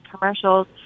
commercials